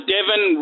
Devon